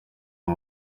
kwa